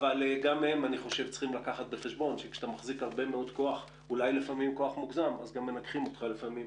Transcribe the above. אבל גם הם צריכים לקחת בחשבון שכשיש לך הרבה כוח אז מנגחים אותך לפעמים.